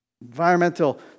Environmental